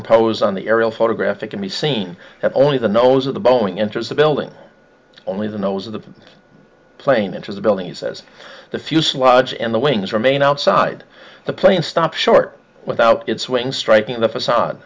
superimposed on the aerial photograph it can be seen that only the nose of the boeing enters the building only the nose of the plane into the building he says the fuselage and the wings remain outside the plane stopped short without its wings striking the facade